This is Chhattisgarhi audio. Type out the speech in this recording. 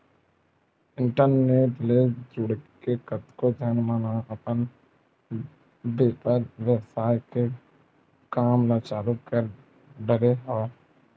इंटरनेट ले जुड़के कतको झन मन ह अपन बेपार बेवसाय के काम ल चालु कर डरे हवय